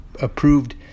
approved